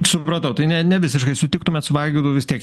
supratau tai ne nevisiškai sutiktumėt su vaigaidu vis tiek